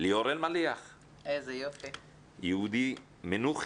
ליאור אלמליח, יהודי מנוחין,